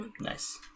Nice